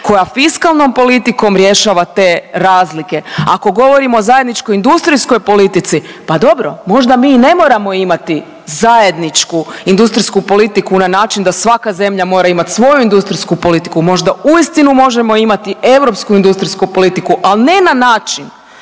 koja fiskalnom politikom rješava te razlike. Ako govorimo o zajedničkoj industrijskoj politici, pa dobro možda mi i ne moramo imati zajedničku industrijsku politiku na način da svaka zemlja mora imati svoju industrijsku politiku, možda uistinu možemo imati europsku industrijsku politiku, al ne na način